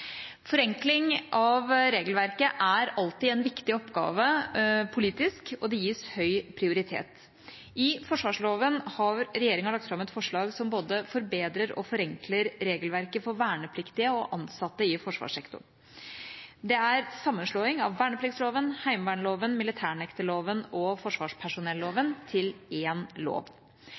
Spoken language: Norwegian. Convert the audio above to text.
Forenkling av regelverket er alltid en viktig oppgave politisk, og det gis høy prioritet. I forsvarsloven har regjeringa lagt fram et forslag som både forbedrer og forenkler regelverket for vernepliktige og ansatte i forsvarssektoren. Det er sammenslåing av vernepliktsloven, heimevernloven, militærnekterloven og forsvarspersonelloven til én lov. Lovarbeidet har vært en